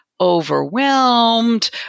overwhelmed